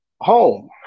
home